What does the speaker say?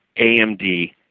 AMD